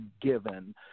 given